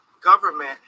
government